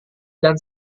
dan